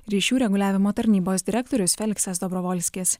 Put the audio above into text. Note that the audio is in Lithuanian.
ryšių reguliavimo tarnybos direktorius feliksas dobrovolskis